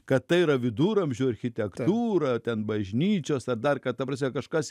kad tai yra viduramžių architektūra ten bažnyčios ar dar kad ta prasme kažkas